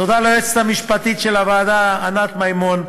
תודה ליועצת המשפטית של הוועדה ענת מימון,